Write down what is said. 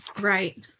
Right